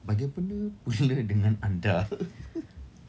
bagaimana pula dengan anda